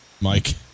Mike